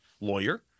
lawyer